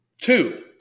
Two